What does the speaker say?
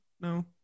no